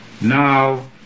Now